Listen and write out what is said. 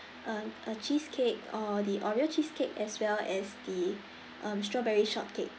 uh uh cheesecake or the oreo cheesecake as well as the um strawberry shortcake